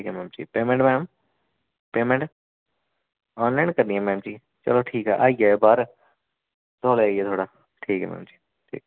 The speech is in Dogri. ठीक ऐ madam ji payment ma'am payment online करनी ऐ मैडम जी चलो ठीक ऐ आई जाएऔ बाहर तोले आई जाएऔ थोह्ड़ा ठीक ऐ मैडम जी ठीक